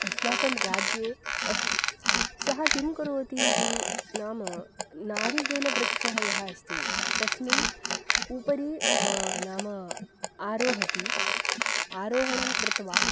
अस्माकं राज्ये अस्ति सः किं करोति इति नाम नारिकेलवृक्षः यः अस्ति तस्य उपरि नाम आरोहति आरोहणं कृत्वा